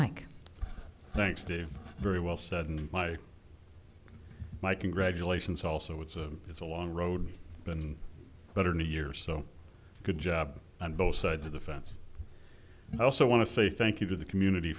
mike thanks dave very well said and my my congratulations also it's a it's a long road been better new year so good job on both sides of the fence and i also want to say thank you to the community